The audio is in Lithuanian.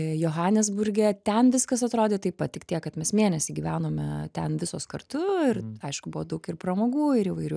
johanesburge ten viskas atrodė taip pat tik tiek kad mes mėnesį gyvenome ten visos kartu ir aišku buvo daug ir pramogų ir įvairių